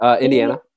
Indiana